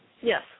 Yes